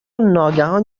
ناگهان